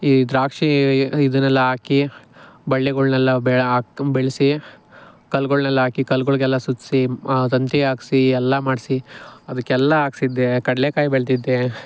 ಈ ದ್ರಾಕ್ಷಿ ಇದನ್ನೆಲ್ಲ ಹಾಕಿ ಬಳ್ಳಿಗಳ್ನೆಲ್ಲ ಬೆ ಹಾಕ್ ಬೆಳೆಸಿ ಕಲ್ಗಳ್ನೆಲ್ಲ ಹಾಕಿ ಕಲ್ಗಳಿಗೆಲ್ಲ ಸುತ್ತಿಸಿ ತಂತಿ ಹಾಕ್ಸಿ ಎಲ್ಲ ಮಾಡಿಸಿ ಅದಕ್ಕೆಲ್ಲ ಹಾಕ್ಸಿದ್ದೆ ಕಡ್ಲೆಕಾಯಿ ಬೆಳೆದಿದ್ದೆ